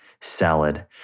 salad